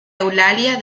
eulalia